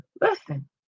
Listen